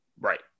Right